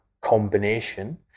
combination